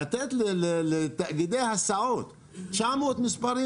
לתת לתאגידי הסעות 900 מספרים,